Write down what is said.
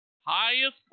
highest